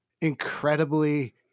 incredibly